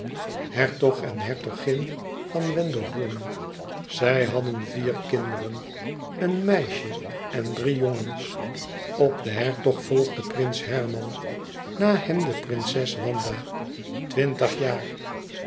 hertog en hertogin van wendeholm zij hadden vier kinderen een meisje en drie jongens op den hertog volgde prins herman na hem de prinses wanda twintig jaar